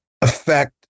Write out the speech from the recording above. affect